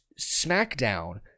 SmackDown